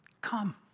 come